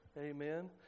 Amen